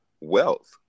wealth